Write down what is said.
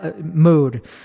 mood